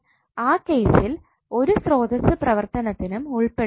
ആ കേസിൽ ഒരു സ്രോതസ്സു പ്രവർത്തനത്തിനും ഉൾപെടുത്തരുത്